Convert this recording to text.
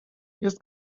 jest